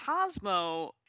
Cosmo